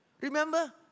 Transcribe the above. Remember